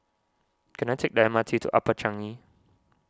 can I take the M R T to Upper Changi